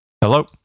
Hello